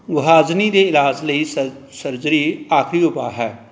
ਗੁਹਾਜਨੀ ਦੇ ਇਲਾਜ ਲਈ ਸਰ ਸਰਜਰੀ ਆਖਰੀ ਉਪਾਅ ਹੈ